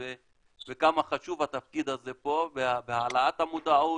וכמה חשוב התפקיד הזה פה בהעלאת המודעות